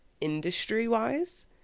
industry-wise